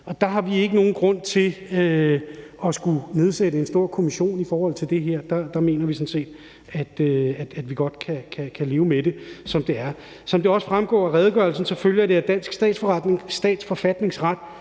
og der ser vi ikke nogen grund til at skulle nedsætte en stor kommission i forhold til det her. Der mener vi sådan set, at vi godt kan leve med det, som det er. Som det også fremgår af redegørelsen, følger det af dansk statsforfatningsret,